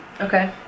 Okay